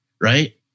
right